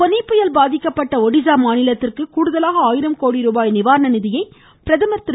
ஃபோனி புயல் பாதிக்கப்பட்ட ஒடிசா மாநிலத்திற்கு கூடுதலாக ஆயிரம் கோடி ரூபாய் நிவாரண நிதியை பிரதமர் திரு